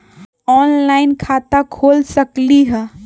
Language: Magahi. ऑनलाइन खाता खोल सकलीह?